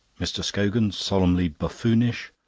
mr. scogan, solemnly buffoonish,